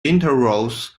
literals